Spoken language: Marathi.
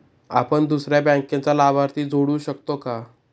आपण दुसऱ्या बँकेचा लाभार्थी जोडू शकतो का?